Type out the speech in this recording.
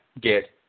get